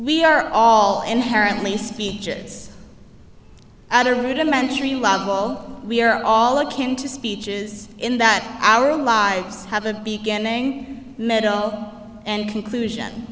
we are all inherently speeches at a rudimentary level we are all akin to speeches in that our lives have a beginning middle and conclusion